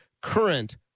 current